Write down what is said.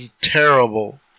terrible